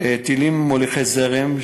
טילים מוליכי זרם,